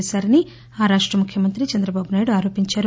చేశారని ఆ రాష్ట ముఖ్యమంత్రి చంద్రబాబు నాయుడు ఆరోపించారు